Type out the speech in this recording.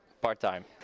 part-time